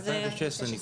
זה נגמר ב-2016.